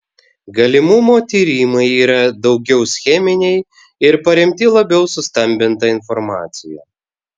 galimumo tyrimai yra daugiau scheminiai ir paremti labiau sustambinta informacija